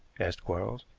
asked quarles.